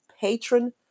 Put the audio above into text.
patron